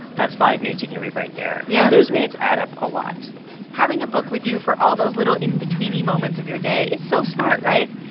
that's five minutes you can read right there yeah and those minutes add up a lot having a book with you for all those little in-betweeny moments of your day is so smart, right?